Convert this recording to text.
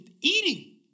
eating